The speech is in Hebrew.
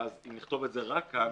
ואז אם נכתוב את זה רק כאן,